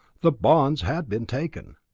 the bonds had been taken.